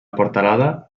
portalada